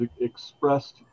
expressed